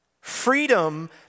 Freedom